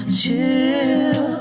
chill